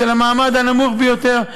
של המעמד הנמוך ביותר,